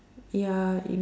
ya if